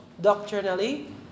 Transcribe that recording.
doctrinally